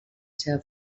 seva